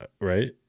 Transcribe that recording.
right